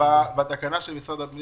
בתקנה של משרד הפנים